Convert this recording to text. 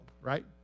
right